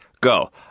go